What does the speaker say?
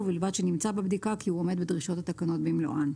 ובלבד שנמצא בבדיקה כי הוא עומד בדרישות התקנות במלואן.